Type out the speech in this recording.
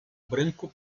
branco